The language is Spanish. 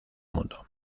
mundo